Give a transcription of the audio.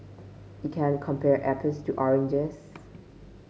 you can't compare apples to oranges